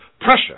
pressure